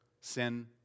Sin